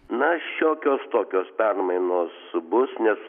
na šiokios tokios permainos bus nes